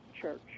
Church